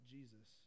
Jesus